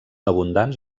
abundants